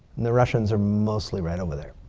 and the russians are mostly right over there.